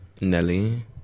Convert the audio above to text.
Nelly